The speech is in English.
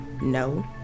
No